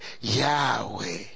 Yahweh